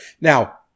now